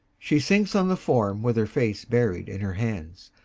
she sinks on the form with her face buried in her hands.